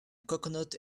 coconut